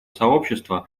сообщества